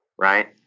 Right